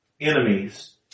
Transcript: enemies